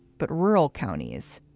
but rural counties,